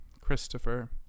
Christopher